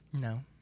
No